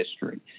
history